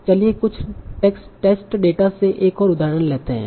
चलिए कुछ test data से एक और उदाहरण लेते हैं